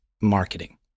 marketing